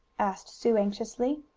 asked sue anxiously.